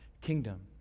kingdom